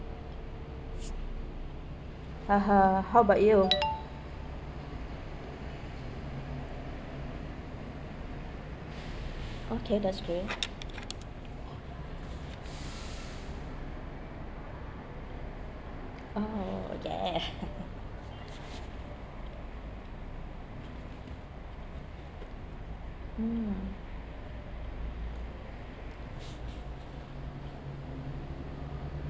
ha~ ha~ how about you okay that's great oh okay mm